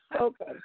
Okay